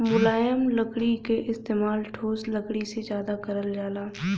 मुलायम लकड़ी क इस्तेमाल ठोस लकड़ी से जादा करल जाला